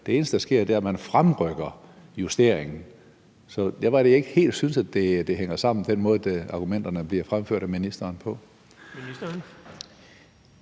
Det eneste, der sker, er, at man fremrykker justeringen. Det er derfor, jeg ikke synes, det helt hænger sammen på den måde, argumenterne bliver fremført af ministeren.